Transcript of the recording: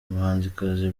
umuhanzikazi